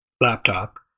laptop